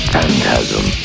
Phantasm